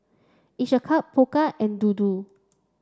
each a cup Pokka and Dodo